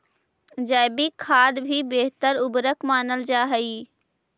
जैविक खाद भी बेहतर उर्वरक मानल जा हई